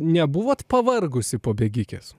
nebuvot pavargusi po bėgikės